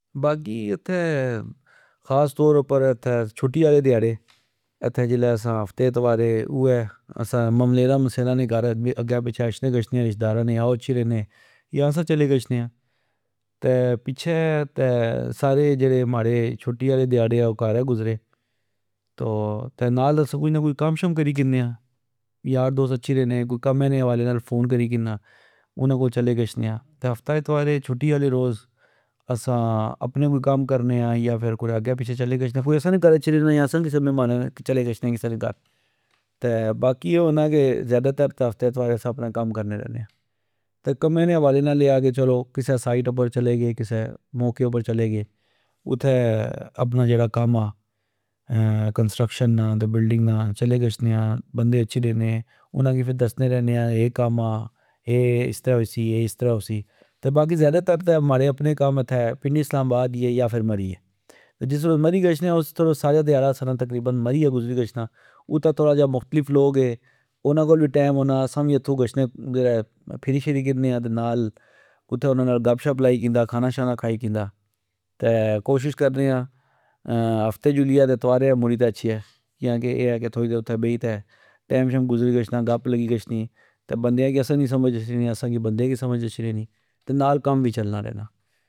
باقی اتھے حاص طور اپر چھٹی آلے دیاڑے اتھے ہفتے اتوارہ مملیرا ،مسیرا نے کر اچھنے گچھنے آ یا او اچھی رینے یا اسا چلے گچنے آ، پچھہ تہ سارے جیڑے ماڑے چھٹی آلے دیاڑہہ او کر گزرے تو نال کج نہ کج کم شم کری کنے آ ٍ۔ یار دوست اچھی رینے کوئی کمہ نے حوالے نال فون کری کنا انا کول چلے گچھنے آ ۔تہ ہفتہ اتوارے چھٹی آلے روز اپنے کوئی کم کرنے آ یا فر کرہ اگہ پچھہ چلے گچھنے آ کوئی اسا نے کر اچھی رینا یا اسا کسہ پہمانہ نے چلے گچھنے آ کسہ نے کر ۔باقی اے ہونا کہ ذئدہ تر تہ ہفتے اتوارے اسا آپنا کم کرنے رینے آ تہ کمہ نے حوالے نال اے آ کہ کسہ سائٹ اپر چلے گئے کسہ موقے اپر چلے گئے ۔اتھہ اپناجیڑا کم آ کنسٹرکشن نا تہ بلڈنگ نا چلے گچھنے آ تہ بندے اچھی رینے ۔انا کی فر دسنے رنے آ اے کم آ، اے استرہ ہوسی اے استرہ ہوسی ۔تہ باقی ذئدا تر تہ مڑے اپنے کم پنڈی اسلام آباد اییہ یا مری اے ۔جس روز مری گچھنے آ اس روز تہ سارا دیاڑہ مری گزری گچھنا ۔اتھہ تھوڑا جا مختلف لوک اے انا کول وی ٹئم ہونا اسا وی اتھو گچھنے پھری شری کنے آ نال اتھہ انا نال گپ شپ لائی کندا ۔کھانا شانا کھائی کندا تہ کوشش کرنے آ ہفتے جلیہ تہ اتوارے مڑی تہ اچھیا کیانکہ اے آ کہ تئم گزری گچھنا گپ لگی گچنی تہ بندیا کی اسا نی سمج اشنی ااسا کی بندے نی سمج شنے تہ نال کم وی چلنا رینا